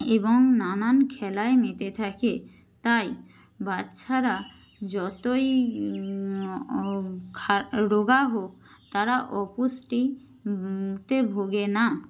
এবং নানান খেলায় মেতে থাকে তাই বাচ্চারা যতোই খা রোগা হোক তারা অপুষ্টি তে ভোগে না